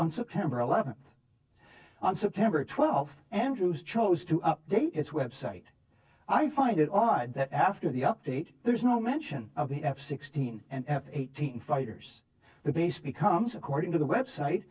on september eleventh on september twelfth andrews chose to update its website i find it odd that after the update there is no mention of the f sixteen and f eighteen fighters the base becomes according to the website